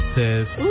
Says